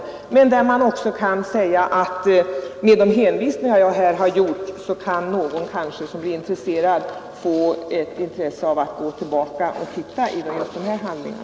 Med de hänvisningar jag här har gjort kan man kanske få intresse av att gå tillbaka och titta i dessa handlingar.